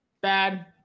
bad